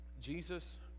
Jesus